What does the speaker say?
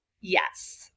Yes